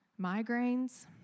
migraines